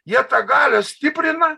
jie tą galią stiprina